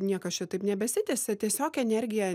niekas čia taip nebesitęsia tiesiog energija